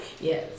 Yes